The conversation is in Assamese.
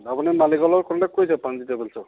আপুনি মালিকৰ লগত কনটেক্ট কৰিছে প্ৰাণজিৎ ট্ৰেভেল্ছৰ